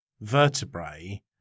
vertebrae